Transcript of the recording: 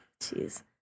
Jeez